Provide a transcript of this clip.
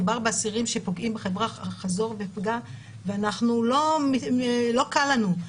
מדובר באסירים שפוגעים בחברה חזור ופגוע ואנחנו לא קל לנו.